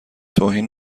توهین